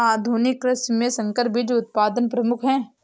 आधुनिक कृषि में संकर बीज उत्पादन प्रमुख है